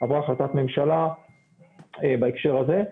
עברה החלטת ממשלה בהקשר הזה,